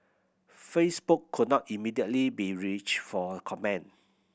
Facebook could not immediately be reached for comment